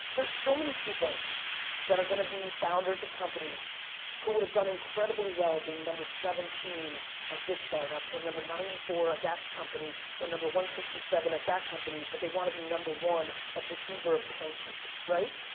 there's so many people that are gonna be founders of companies who would've done incredibly well being number seventeen at this startup or number ninety four at that company or number one hundred and sixty seven at that company, but they wanna be number one of the uber of pancakes, right.